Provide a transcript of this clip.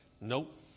Nope